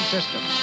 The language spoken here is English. System